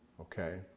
Okay